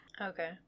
Okay